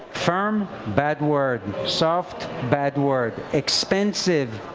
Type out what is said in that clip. firm, bad word. soft, bad word. expensive,